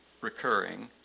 recurring